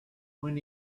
when